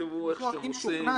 תכתבו איך שאתם רוצים.